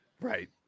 Right